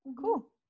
cool